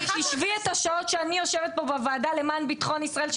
תשבי את השעות שאני יושבת פה בוועדה למען ביטחון ישראל,